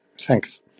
Thanks